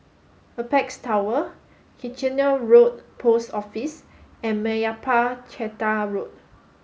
Apex Tower Kitchener Road Post Office and Meyappa Chettiar Road